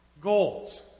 Goals